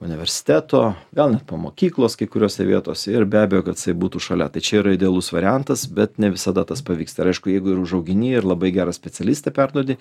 universiteto gal net po mokyklos kai kuriose vietose ir be abejo kad jisai būtų šalia tai čia jau yra idealus variantas bet ne visada tas pavyksta ir aišku jeigu ir užaugini ir labai gerą specialistą perduodi